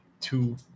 two